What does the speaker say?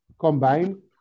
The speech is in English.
combine